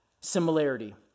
similarity